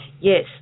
Yes